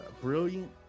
Brilliant